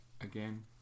again